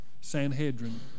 Sanhedrin